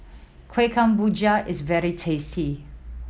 Kueh Kemboja is very tasty